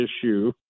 issue